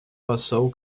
passou